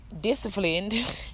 disciplined